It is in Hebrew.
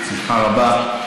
בשמחה רבה.